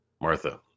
Martha